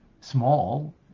Small